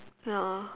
ya